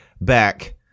back